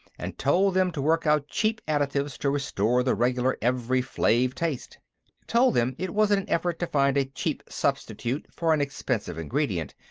and told them to work out cheap additives to restore the regular evri-flave taste told them it was an effort to find a cheap substitute for an expensive ingredient.